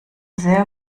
sehr